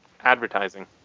advertising